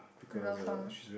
love her